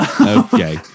okay